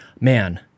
Man